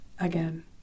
again